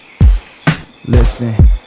listen